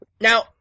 Now